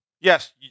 Yes